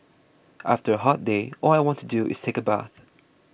after a hot day all I want to do is take a bath